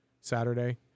Saturday